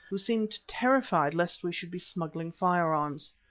who seemed terrified lest we should be smuggling firearms.